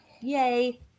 Yay